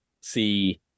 see